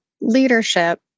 leadership